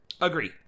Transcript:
Agree